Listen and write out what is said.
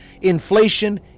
inflation